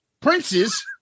Prince's